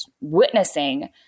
witnessing